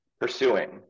pursuing